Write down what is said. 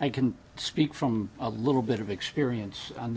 i can speak from a little bit of experience on